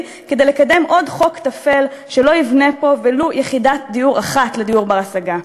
כדי לקדם עוד חוק טפל שלא יבנה פה ולו יחידת דיור אחת לדיור בר-השגה.